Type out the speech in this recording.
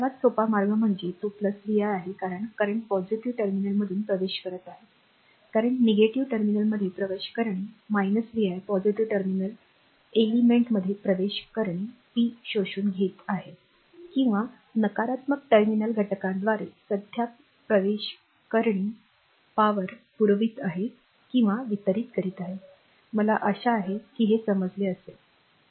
सर्वात सोपा मार्ग म्हणजे तो vi आहे कारण current positive सकारात्मक टर्मिनलमधून प्रवेश करत आहे current negative नकारात्मक टर्मिनलमध्ये प्रवेश करणे vi पॉझिटिव्ह टर्मिनल एलिमेंटमध्ये प्रवेश करणे पी शोषून घेत आहे किंवा नकारात्मक टर्मिनल घटकाद्वारे सध्या प्रवेश करणे पी पुरवित आहे किंवा वितरित करीत आहे मला आशा आहे की हे समजले असेल आवश्य